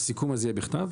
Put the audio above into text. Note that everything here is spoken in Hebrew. הסיכום הזה יהיה בכתב?